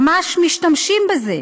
ממש משתמשים בזה.